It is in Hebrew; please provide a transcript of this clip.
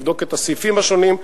נבדוק את הסעיפים השונים,